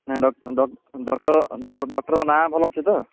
ନା ଡକ୍ଟର୍ଙ୍କ ନାଁ ଭଲ ଅଛି ତ